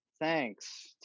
Thanks